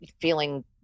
feeling